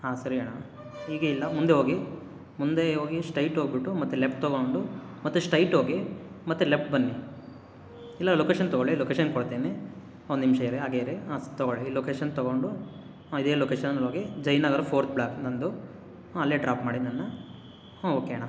ಹಾಂ ಸರಿ ಅಣ್ಣಾ ಹೀಗೆ ಇಲ್ಲ ಮುಂದೆ ಹೋಗಿ ಮುಂದೆ ಹೋಗಿ ಸ್ಟೈಟ್ ಹೋಗಿಬಿಟ್ಟು ಮತ್ತೆ ಲೆಫ್ಟ್ ತೊಗೊಂಡು ಮತ್ತೆ ಸ್ಟೈಟ್ ಹೋಗಿ ಮತ್ತೆ ಲೆಫ್ಟ್ ಬನ್ನಿ ಇಲ್ಲ ಲೊಕೇಶನ್ ತೊಗೊಳಿ ಲೊಕೇಶನ್ ಕೊಡ್ತೀನಿ ಒಂದು ನಿಮಿಷ ಇರಿ ಹಾಗೇ ಇರಿ ಹಾಂ ಸ್ ತೊಗೊಳಿ ಈ ಲೊಕೇಶನ್ ತೊಗೊಂಡು ಇದೇ ಲೊಕೇಶನಲ್ಲಿ ಹೋಗಿ ಜಯನಗರ ಫೋರ್ತ್ ಬ್ಲಾಕ್ ನನ್ನದು ಹೂಂ ಅಲ್ಲೇ ಡ್ರಾಪ್ ಮಾಡಿ ನನ್ನ ಹೂಂ ಓಕೆ ಅಣ್ಣಾ